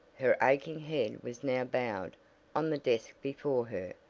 her aching head was now bowed on the desk before her,